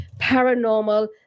Paranormal